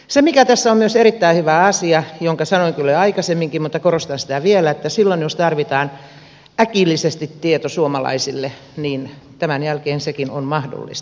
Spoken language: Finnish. se mikä tässä on myös erittäin hyvä asia sanoin sen kyllä jo aikaisemminkin mutta korostan sitä vielä on se että silloin jos tarvitaan äkillisesti tieto suomalaisille tämän jälkeen sekin on mahdollista